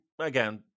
Again